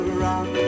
rock